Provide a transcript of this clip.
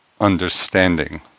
understanding